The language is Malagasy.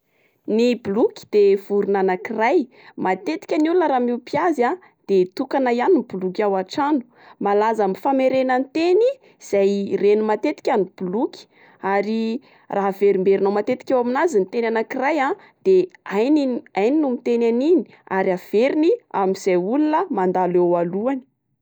Ny boloky de vorona anak'iray, matetika ny olona raha mihopy azy a de tokana ihany ny boloky ao atrano. Malaza amin'ny famerenan-teny izay reny matetika ny boloky ary raha averimberinao matetika eo amin'azy ny teny anak'iray a de hainy iny- hainy no miteny an'iny ary averiny amin'izay olona mandalo eo aloany.